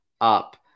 up